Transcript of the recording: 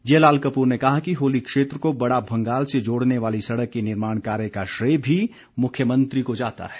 जियालाल कपूर ने कहा कि होली क्षेत्र को बड़ा भंगाल से जोड़ने वाली सड़क के निर्माण कार्य का श्रेय भी मुख्यमंत्री को जाता है